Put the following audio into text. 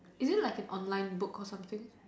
is it like an online book or something